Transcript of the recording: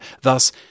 thus